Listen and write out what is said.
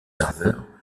serveurs